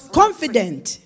confident